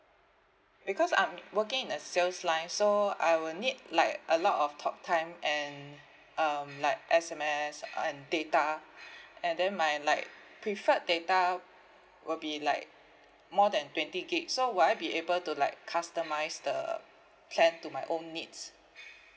because I'm working in the sales line so I will need like a lot of talk time and um like S_M_S and data and then my like preferred data will be like more than twenty gig so would I be able to like customise the plan to my own needs